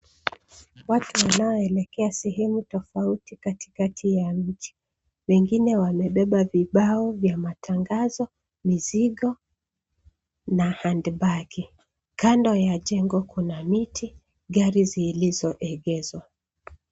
Watu wanaelekea sehemu tofauti katikati ya mji, wengine wamebeba vibao ya matangazo, mizigo na handi bagi, kando ya jengo kuna miti, gari zilizoegezwa.